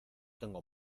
tengo